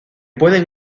pueden